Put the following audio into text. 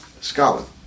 Scotland